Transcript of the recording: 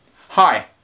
Hi